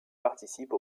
participe